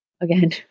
again